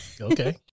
Okay